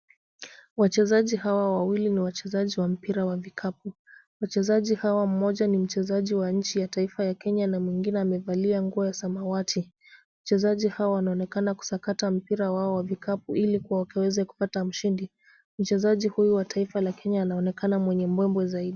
Wachezaji hawa wawili ni wachezaji wa mpira ya vikapu. Wachezaji hawa, mmoja ni mchezaji wa nchi ya taifa ya Kenya na mwingine amevalia nguo ya samawati. Wachezaji hawa wanaonekana kusakata mpira wake wa vikapu ili wakaweze kupata mshindi .Mchezaji huyu wa taifa la Kenya anaoneknana mwenye mbwembwe zaidi .